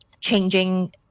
changing